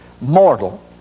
mortal